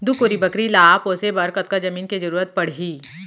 दू कोरी बकरी ला पोसे बर कतका जमीन के जरूरत पढही?